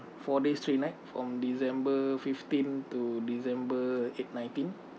four days three nights from december fifteen to december eight~ nineteen